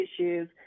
issues